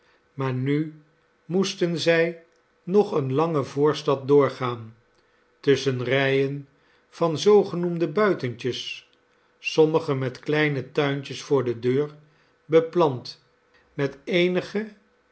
maar nu moesten zij nog eene lange voorstad doorgaan tusschen rijen van zoogenoemde buitentjes sommige met kleine tuintjes voor de deur beplant met eenige